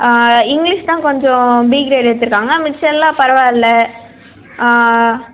English தான் கொஞ்சம் B grade எடுத்துருக்காங்க மிச்சம் எல்லாம் பரவாயில்ல